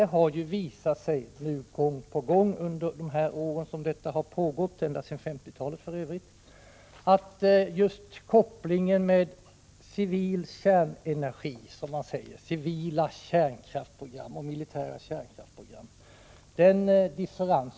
Det har ju gång på gång under de här åren — för övrigt ända sedan 1950-talet — visat sig att det icke går att upprätthålla differensen mellan civila kärnkraftsprogram och militära kärnkraftsprogram.